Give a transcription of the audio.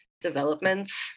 developments